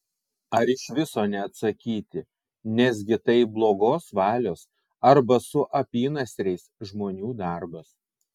ar iš viso neatsakyti nesgi tai blogos valios arba su apynasriais žmonių darbas